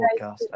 podcast